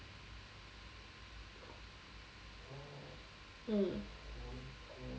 mm